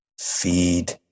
Feed